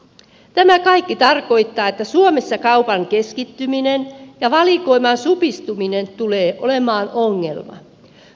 tämä kaikki tarkoittaa että suomessa kaupan keskittyminen ja valikoiman supistuminen tulevat olemaan ongelma